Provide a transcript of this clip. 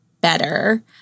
better